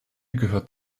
gehört